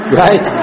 right